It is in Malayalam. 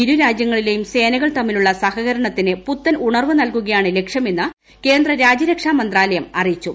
ഇരു രാജ്യങ്ങളിലെയും സേനകൾ തമ്മിലുള്ള സഹകരണത്തിന് പുത്തൻ ഉണർവ് നൽകുകയാണ് ലക്ഷ്യമെന്ന് കേന്ദ്ര രാജൃരക്ഷാ മന്ത്രാലയം അറിയിച്ചു